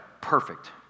perfect